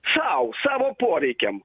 sau savo poreikiam